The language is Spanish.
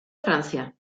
francia